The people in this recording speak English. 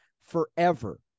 forever